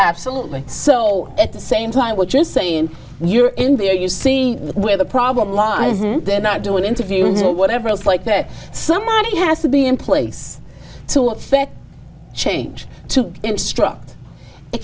absolutely so at the same time we're just saying you're in there you see where the problem lies they're not doing interviews or whatever else like that somebody has to be in place to change to instruct it